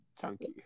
chunky